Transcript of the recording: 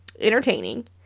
entertaining